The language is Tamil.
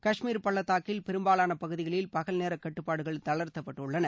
கஷ்மீர் பள்ளதாக்கில் பெரும்பாலான பகுதிகளில் பகல்நேர கட்டுப்பாடுகள் தளர்த்தப்பட்டுள்ளன